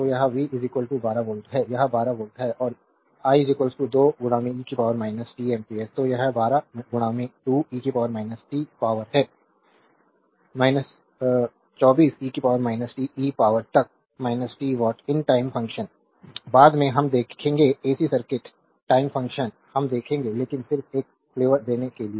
तो यह v 12 volt है यह 12 वोल्ट है और i 2 e t एम्पीयर तो यह 12 2 e t पावरहै 24 e t e पावर तक t watt in time function बाद में हम देखेंगे एसी सर्किट टाइम फंक्शन हम देखेंगे लेकिन सिर्फ एक फ्लेवर देने के लिए